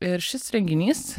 ir šis renginys